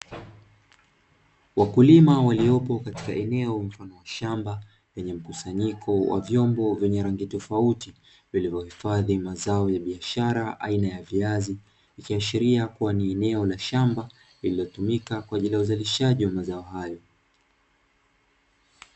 Wakulima waliopo katika eneo mfano wa shamba lenye mkusanyiko wa vyombo vyenye rangi tofauti vilivyohifadhi mazao ya biashara aina ya viazi, ikiashiria kuwa ni la shamba lililotumika kwa ajili ya uzalishaji wa mazao hayo.